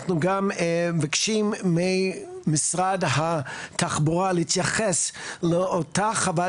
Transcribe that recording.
אנחנו גם מבקשים ממשרד התחבורה להתייחס לאותה חוות